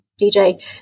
dj